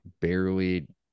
barely